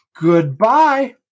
Goodbye